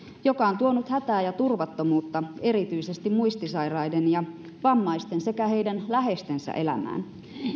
joka on tuonut hätää ja turvattomuutta erityisesti muistisairaiden ja vammaisten sekä heidän läheistensä elämään